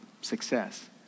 success